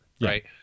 Right